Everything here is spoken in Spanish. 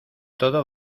todo